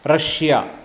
Russia